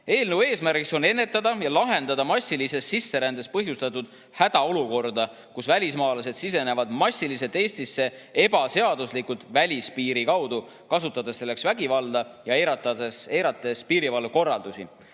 eesmärk on ennetada ja lahendada massilisest sisserändest põhjustatud hädaolukorda, kus välismaalased sisenevad massiliselt Eestisse ebaseaduslikult välispiiri kaudu, kasutades selleks vägivalda ja eirates piirivalve korraldusi.